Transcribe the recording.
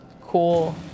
Cool